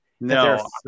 No